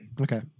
Okay